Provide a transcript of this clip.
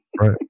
Right